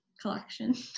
collection